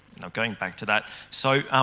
i'm going back to that. so,